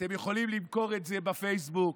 אתם יכולים למכור את זה בפייסבוק,